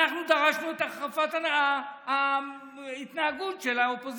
אנחנו דרשנו את החרפת ההתנהגות של האופוזיציה,